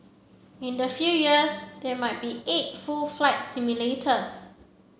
in a few years there may be eight full flight simulators